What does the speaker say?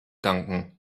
danken